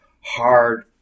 hard